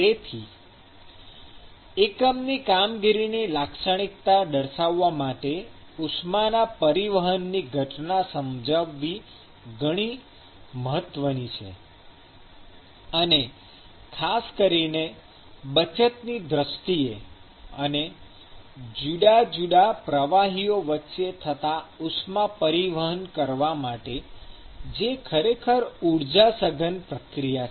તેથી એકમની કામગીરીની લાક્ષણિકતા દર્શાવવા માટે ઉષ્માના પરિવહનની ઘટના સમજવી ઘણી મહત્વની છે અને ખાસ કરીને બચતની દ્રષ્ટિએ અને જુદા જુદા પ્રવાહી વચ્ચે થતાં ઉષ્મા પરિવહન કરવા માટે જે ખરેખર ઊર્જા સઘન પ્રક્રિયા છે